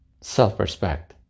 self-respect